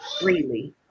freely